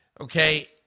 okay